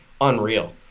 unreal